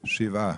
שבעה.